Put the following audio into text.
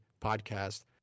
podcast